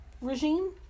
regime